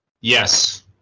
Yes